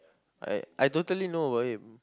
I I totally know about him